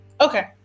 Okay